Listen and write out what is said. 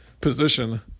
position